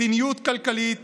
מדיניות כלכלית